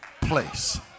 place